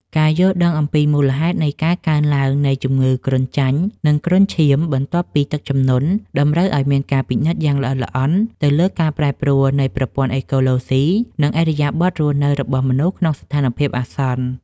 ការយល់ដឹងអំពីមូលហេតុនៃការកើនឡើងនៃជំងឺគ្រុនចាញ់ និងគ្រុនឈាមបន្ទាប់ពីទឹកជំនន់ តម្រូវឱ្យមានការពិនិត្យយ៉ាងល្អិតល្អន់ទៅលើការប្រែប្រួលនៃប្រព័ន្ធអេកូឡូស៊ី និងឥរិយាបថរស់នៅរបស់មនុស្សក្នុងស្ថានភាពអាសន្ន។